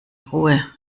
ruhe